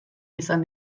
izan